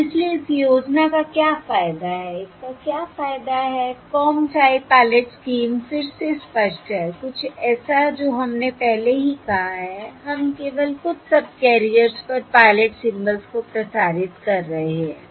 और इसलिए इस योजना का क्या फायदा है इसका क्या फायदा है कॉम टाइप पायलट स्कीम फिर से स्पष्ट है कुछ ऐसा जो हमने पहले ही कहा है हम केवल कुछ सबकैरियर्स पर पायलट सिंबल्स को प्रसारित कर रहे हैं